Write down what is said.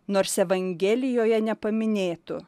nors evangelijoje nepaminėtų